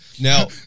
Now